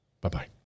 Bye-bye